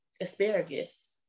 asparagus